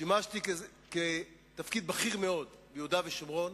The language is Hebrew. שימשתי בתפקיד בכיר מאוד ביהודה ושומרון.